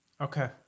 Okay